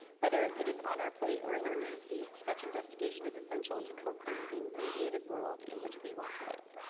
whether it is on our plate or in our news feed, such investigation is essential to co-creating the mediated world in which we want to live.